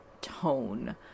tone